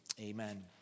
Amen